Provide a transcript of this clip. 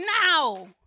now